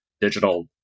digital